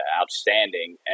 outstanding